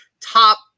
top